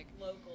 local